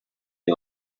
you